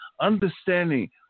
understanding